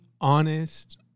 honest